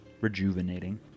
rejuvenating